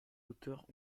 auteurs